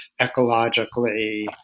ecologically